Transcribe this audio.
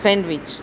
sandwich